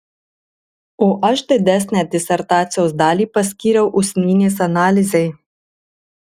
o aš didesnę disertacijos dalį paskyriau usnynės analizei